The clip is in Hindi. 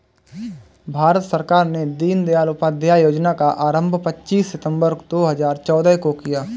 भारत सरकार ने दीनदयाल उपाध्याय योजना का आरम्भ पच्चीस सितम्बर दो हज़ार चौदह को किया